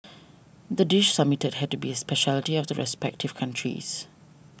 the dish submitted had to be a speciality of the respective countries